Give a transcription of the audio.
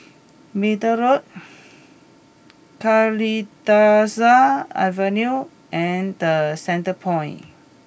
Middle Road Kalidasa Avenue and The Centrepoint